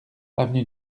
avenue